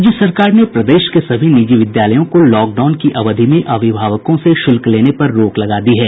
राज्य सरकार ने प्रदेश के सभी निजी विद्यालयों को लॉक डाउन की अवधि में अभिभावकों से शुल्क लेने पर रोक लगा दी है